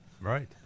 Right